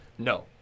No